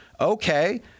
okay